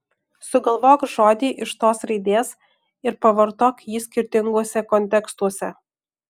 sugalvok žodį iš tos raidės ir pavartok jį skirtinguose kontekstuose